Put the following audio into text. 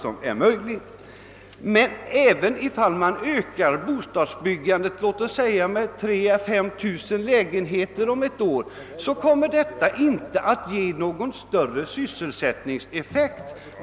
även om byggandet ökas med låt oss säga 3 000 å 5 000 lägenheter om ett år, kommer detta dock inte att få någon större sysselsättningseffekt.